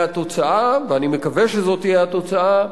והתוצאה, ואני מקווה שזו תהיה התוצאה,